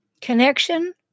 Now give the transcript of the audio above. connection